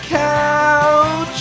couch